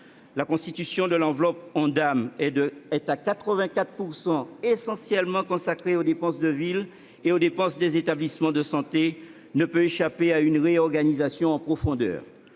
La constitution de l'enveloppe Ondam, qui est à 84 % essentiellement consacrée aux dépenses de ville et aux dépenses des établissements de santé, ne peut échapper à une réorganisation en profondeur